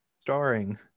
starring